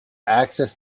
access